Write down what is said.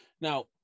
now